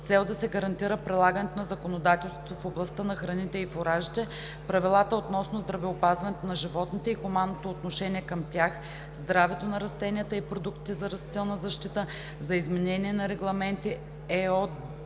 цел да се гарантира прилагането на законодателството в областта на храните и фуражите, правилата относно здравеопазването на животните и хуманното отношение към тях, здравето на растенията и продуктите за растителна защита, за изменение на регламенти (ЕО)